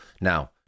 Now